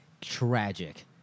tragic